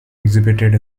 exhibited